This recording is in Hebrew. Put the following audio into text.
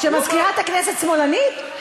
שמזכירת הכנסת שמאלנית?